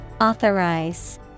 Authorize